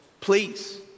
please